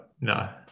No